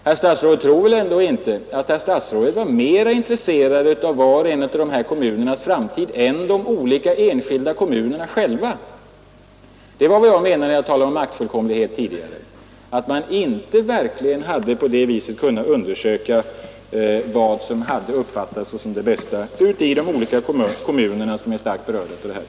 Herr statsrådet tror väl ändå inte att han var mera intresserad av var och en av dessa olika kommuners framtid än de enskilda kommunerna själva? Vad jag syftade på när jag tidigare talade om maktfullkomlighet var alltså att man inte på detta sätt hade kunnat undersöka vad som uppfattades som det bästa inom de olika kommuner som är starkt berörda av detta.